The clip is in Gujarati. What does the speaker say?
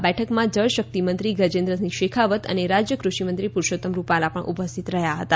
આ બેઠકમાં જળ શક્તિ મંત્રી ગજેન્રસિંહ શેખાવત અને રાજ્ય કૃષિ મંત્રી પુરૃષોત્તમ રૂપાલા પણ ઉપસ્થિત રહ્યા હતા